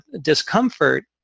discomfort